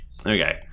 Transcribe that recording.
Okay